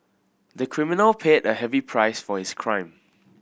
the criminal paid a heavy price for his crime